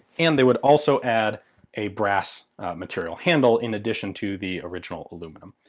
and they would also add a brass material handle in addition to the original aluminium.